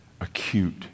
acute